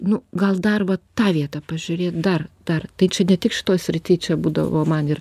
nu gal dar va tą vietą pažiūrėt dar dar tai čia ne tik šitoj srity čia būdavo man ir